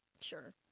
Sure